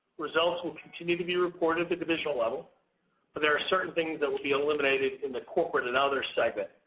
results will continue to be reported at the divisional level but there are certain things that will be eliminated in the corporate and other segment,